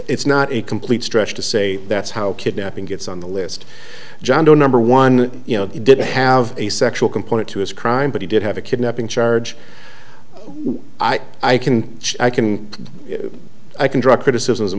it's not a complete stretch to say that's how kidnapping gets on the list john doe number one you know he did have a sexual component to his crime but he did have a kidnapping charge i can i can i can draw criticism